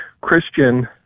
Christian